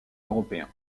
européens